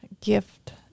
Gift